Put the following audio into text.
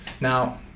Now